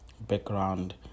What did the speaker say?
background